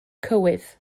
cywydd